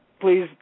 Please